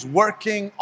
working